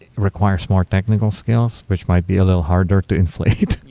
requires more technical skills, which might be a little harder to inflate.